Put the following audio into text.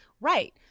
Right